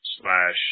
slash